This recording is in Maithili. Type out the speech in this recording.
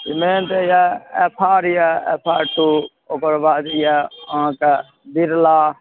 सिमेन्ट यऽ एफ्फार यऽ एफ्फार टू ओकर बाद यऽ अहाँके बिरला